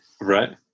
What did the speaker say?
right